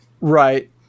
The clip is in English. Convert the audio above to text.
Right